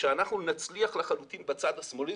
שאנחנו נצליח לחלוטין בצד השמאלי,